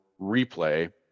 replay